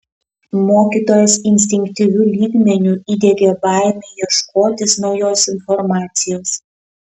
mokytojas instinktyviu lygmeniu įdiegė baimę ieškotis naujos informacijos